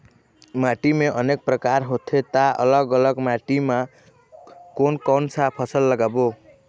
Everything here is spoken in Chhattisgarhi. माटी के अनेक प्रकार होथे ता अलग अलग माटी मा कोन कौन सा फसल लगाबो?